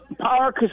power